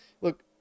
look